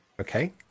Okay